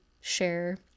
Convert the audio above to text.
share